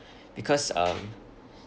because um